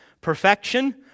perfection